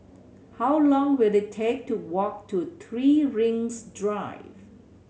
how long will it take to walk to Three Rings Drive